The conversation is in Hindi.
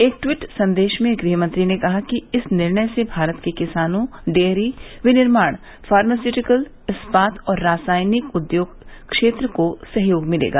एक ट्वीट संदेश में गृह मंत्री ने कहा कि इस निर्णय से भारत के किसानों डेयरी विनिर्माण फार्मास्युटिकल इस्पात और रासायनिक उद्योग क्षेत्र को सहयोग मिलेगा